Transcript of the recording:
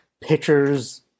pictures